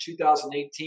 2018